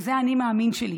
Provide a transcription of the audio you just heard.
וזה האני-מאמין שלי,